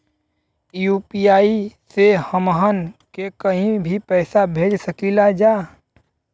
UPI से हमहन के कहीं भी पैसा भेज सकीला जा?